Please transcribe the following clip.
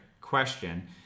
question